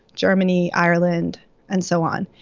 germany, ireland and so on.